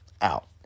out